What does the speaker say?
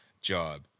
job